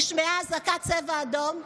נשמעה אזעקת צבע אדום.